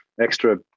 extra